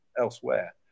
elsewhere